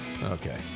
Okay